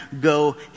go